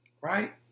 right